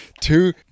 Two